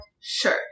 sure